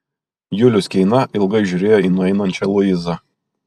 julius keina ilgai žiūrėjo į nueinančią luizą